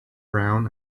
brown